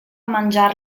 mangiar